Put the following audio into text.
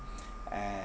and